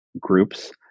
groups